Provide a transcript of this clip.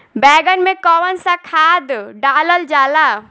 बैंगन में कवन सा खाद डालल जाला?